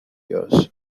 years